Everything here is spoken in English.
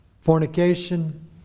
fornication